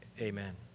Amen